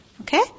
okay